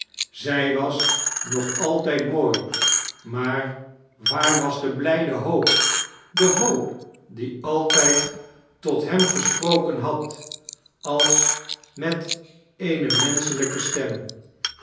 zij was nog altijd mooi maar waar was de blijde hoop de hoop die altijd tot hem gesproken had als met eene menschelijke stem